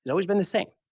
has always been the same,